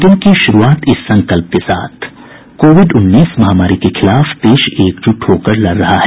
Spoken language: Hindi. बुलेटिन की शुरूआत इस संकल्प के साथ कोविड उन्नीस महामारी के खिलाफ देश एकजुट होकर लड़ रहा है